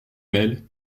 mêle